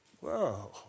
Whoa